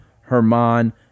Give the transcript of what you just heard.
Herman